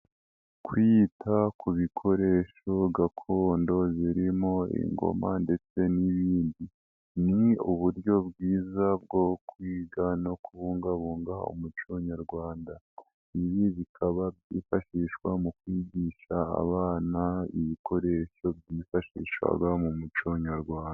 Kwita ku bikoresho gakondo zirimo ingoma ndetse n'ibindi ni uburyo bwiza bwo kwiga no kubungabunga umuco Nyarwanda ibi bikaba byifashishwa mu kwigisha abana ibikoresho byifashishwaga mu muco Nyarwanda.